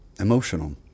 Emotional